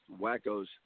wackos